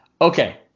Okay